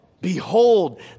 behold